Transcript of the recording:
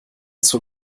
zur